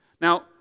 now